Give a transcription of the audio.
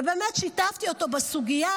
ובאמת שיתפתי אותו בסוגיה,